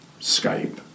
Skype